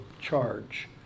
charge